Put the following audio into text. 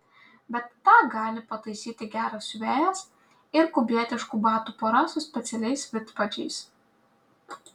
bet tą gali pataisyti geras siuvėjas ir kubietiškų batų pora su specialiais vidpadžiais